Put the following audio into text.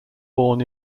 born